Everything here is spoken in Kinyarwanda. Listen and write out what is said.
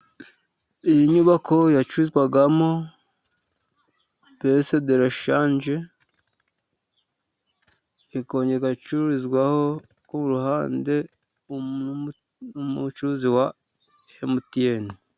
Iyi nyubako yacururizwagamo pese delashange. Ikongera igacururizwa k'uruhande n'umucuzi wa MTN.